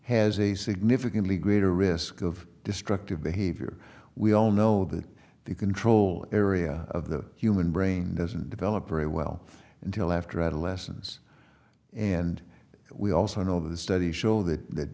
has a significantly greater risk of destructive behavior we all know that the control area of the human brain doesn't develop very well until after adolescence and we also know the studies show that